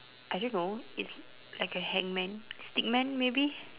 I don't know it's like a hangman stick man maybe